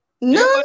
No